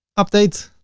update.